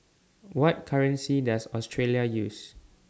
What currency Does Australia use